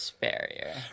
barrier